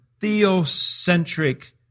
theocentric